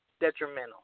detrimental